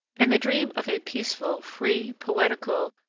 and the dream of a peaceful, free, poetical,